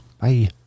Bye